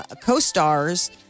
co-stars